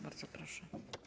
Bardzo proszę.